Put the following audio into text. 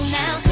now